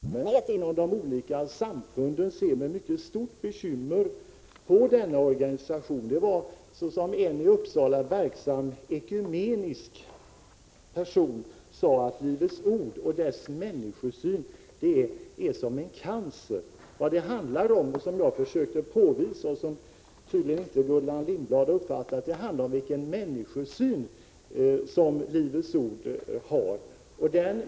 Herr talman! Gullan Lindblad sade att det var kvalificerat struntprat. Det är också ett sätt att argumentera. Hon värnar här om de s.k. kristna skolorna. Jag vill upplysa Gullan Lindblad om att man i allmänhet i de olika samfunden ser med mycket stort bekymmer på den nämnda organisationen. En i Uppsala verksam ekumenisk person sade att Livets ord och dess människosyn är som cancer. Vad det handlar om, vilket jag försökte påvisa men som tydligen Gullan Lindblad inte uppfattade, är vilken människosyn som Livets ord har.